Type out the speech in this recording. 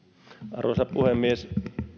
arvoisa puhemies